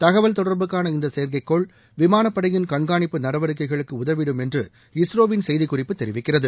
தகவல் தொடர்புக்கான இந்த செயற்கைக்கோள் விமானப்படையின் கண்காணிப்பு நடவடிக்கைகளுக்கு உதவிடும் என்று இஸ்ரோவின் செய்திக்குறிப்பு தெரிவிக்கிறது